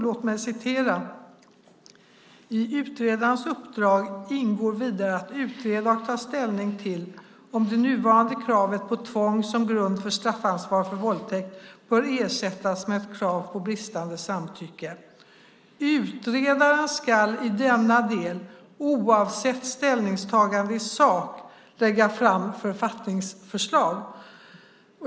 Låt mig citera: I utredarens uppdrag ingår vidare att utreda och ta ställning till om det nuvarande kravet på tvång som grund för straffansvar för våldtäkt bör ersättas med krav på bristande samtycke. Utredaren ska i denna del oavsett ställningstagande i sak lägga fram författningsförslag.